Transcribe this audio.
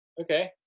Okay